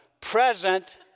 present